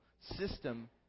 system